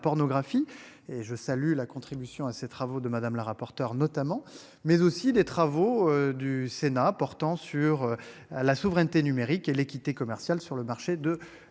et je salue la contribution à ces travaux de madame la rapporteure notamment mais aussi des travaux du Sénat portant sur. La souveraineté numérique et l'équité commerciale sur le marché de l'informatique.